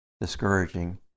discouraging